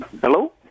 Hello